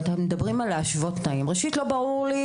ואתם מדברים על להשוות תנאים לא ברור לי